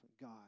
God